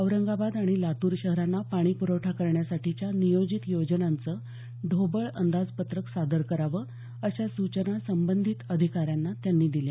औरंगाबाद आणि लातूर शहरांना पाणी प्रवठा करण्यासाठीच्या नियोजित योजनांचं ढोबळ अंदाजपत्रक सादर करावं अशा सूचना संबंधित अधिकाऱ्यांना दिल्या